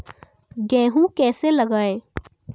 गेहूँ कैसे लगाएँ?